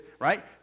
right